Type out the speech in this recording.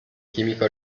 chimica